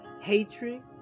hatred